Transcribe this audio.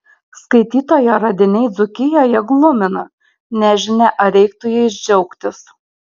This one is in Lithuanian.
skaitytojo radiniai dzūkijoje glumina nežinia ar reiktų jais džiaugtis